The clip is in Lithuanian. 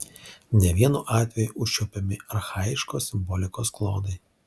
ne vienu atveju užčiuopiami archaiškos simbolikos klodai